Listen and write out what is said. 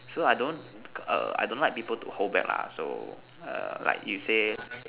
so I don't err I don't like people to hold back lah so err like you say